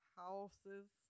houses